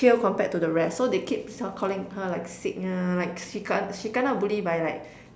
pale compared to the rest so they keep calling her like sick ah like she kena she kena Bully by like